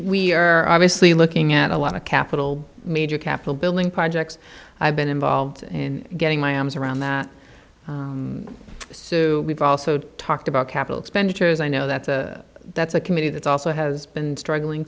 we are obviously looking at a lot of capital major capital building projects i've been involved in getting my arms around that we've also talked about capital expenditures i know that's a that's a committee that's also has been struggling